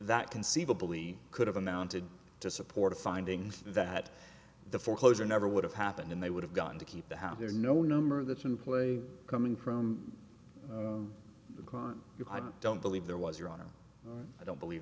that conceivably could have amounted to support a finding that the foreclosure never would have happened and they would have gone to keep the house there's no number that's in play coming from the crime you don't believe there was your honor i don't believe